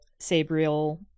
Sabriel